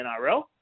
NRL